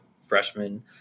freshman